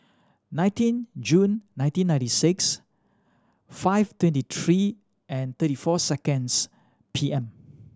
nineteen June nineteen ninety six five twenty three and thirty four seconds P M